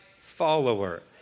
follower